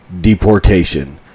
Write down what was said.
deportation